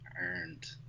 earned